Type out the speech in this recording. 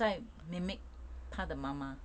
在 mimic 她的妈妈